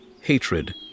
hatred